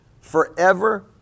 forever